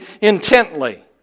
intently